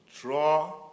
draw